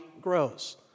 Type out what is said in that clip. grows